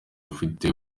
ufite